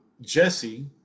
Jesse